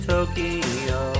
Tokyo